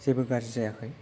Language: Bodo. जेबो गाज्रि जायाखै